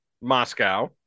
Moscow